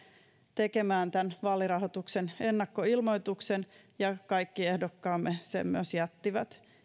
tekemään tämän vaalirahoituksen ennakkoilmoituksen ja kaikki ehdokkaamme sen myös jättivät